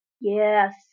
Yes